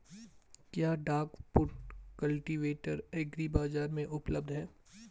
क्या duck foot cultivator agri bazaar में उपलब्ध है?